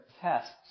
tests